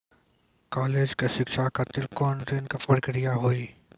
College के शिक्षा खातिर कौन ऋण के प्रक्रिया हुई?